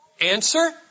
Answer